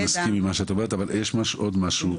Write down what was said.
אני מסכים עם מה שאת אומרת אבל יש עוד משהו.